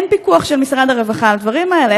אין פיקוח של משרד הרווחה על הדברים האלה.